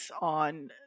on